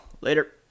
Later